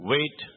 Wait